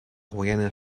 guaiana